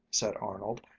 said arnold,